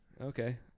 okay